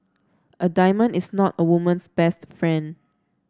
a diamond is not a woman's best friend